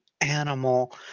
animal